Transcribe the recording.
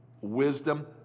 wisdom